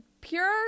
pure